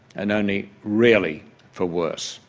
and only rarely for worse